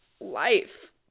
life